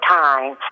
time